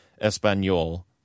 Espanol